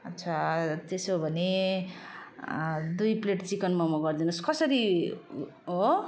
अच्छा त्यसो भने दुई प्लेट चिकन मम गरी दिनुहोस् कसरी हो